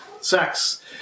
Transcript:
sex